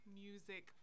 music